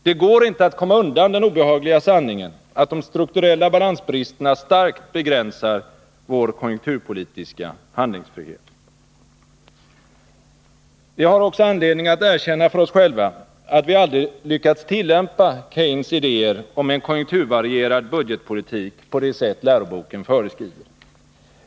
Det går inte att komma undan den obehagliga sanningen att de strukturella balansbristerna starkt begränsar vår konjunkturpolitiska handlingsfrihet. Vi har också anledning att erkänna för oss själva att vi aldrig lyckats tillämpa Keynes” idéer om en konjunkturvarierad budgetpolitik på det sätt läroboken föreskriver.